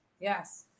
Yes